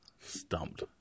Stumped